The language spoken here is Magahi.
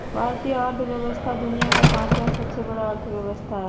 भारतीय अर्थव्यवस्था दुनिया के पाँचवा सबसे बड़ा अर्थव्यवस्था हय